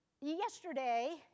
Yesterday